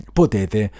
potete